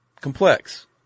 complex